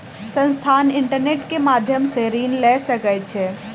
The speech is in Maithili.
संस्थान, इंटरनेट के माध्यम सॅ ऋण लय सकै छै